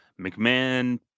McMahon